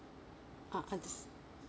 ah und~